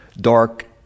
dark